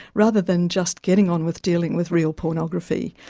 rather than just getting on with dealing with real pornography.